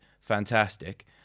fantastic